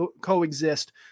coexist